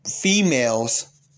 females